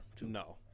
No